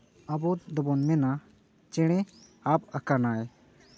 ᱟᱵᱚ ᱫᱚᱵᱚᱱ ᱢᱮᱱᱟ ᱪᱮᱬᱮ ᱟᱵ ᱟᱠᱟᱱᱟᱭ